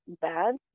bad